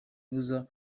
ibuza